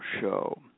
show